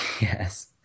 Yes